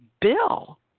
Bill